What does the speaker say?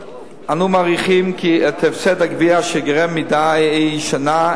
אנו מעריכים את הפסד הגבייה שייגרם מדי שנה,